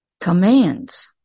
commands